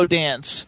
dance